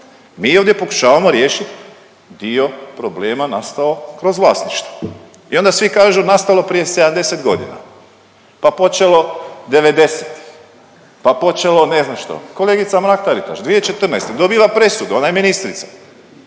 Mi ovdje pokušavamo riješit dio problema nastao kroz vlasništvo i onda svi kažu nastalo prije 70.g., pa počelo '90.-tih, pa počelo ne znam što. Kolegica Mrak-Taritaš 2014. dobiva presudu, ona je ministrica,